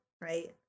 right